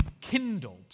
kindled